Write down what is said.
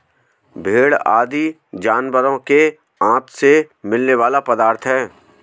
भेंड़ आदि जानवरों के आँत से मिलने वाला पदार्थ है